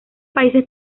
países